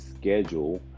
Schedule